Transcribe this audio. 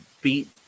beat